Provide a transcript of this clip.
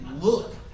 look